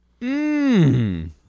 Mmm